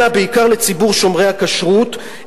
אלא בעיקר לציבור שומרי הכשרות,